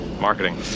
Marketing